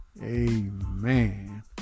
Amen